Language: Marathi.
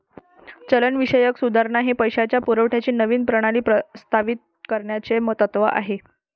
चलनविषयक सुधारणा हे पैशाच्या पुरवठ्याची नवीन प्रणाली प्रस्तावित करण्याचे तत्त्व आहे